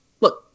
look